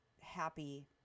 happy